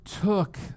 took